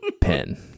pen